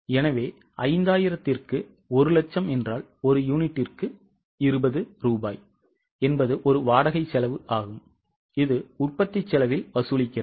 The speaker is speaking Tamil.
எனவே 5000 க்கு 100000 என்றால் ஒரு யூனிட்டுக்கு 20 ரூபாய் என்பது ஒரு வாடகை செலவு ஆகும் இது உற்பத்தி செலவில் வசூலிக்கிறது